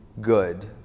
good